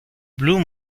blue